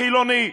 חילוני,